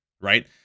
right